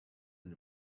and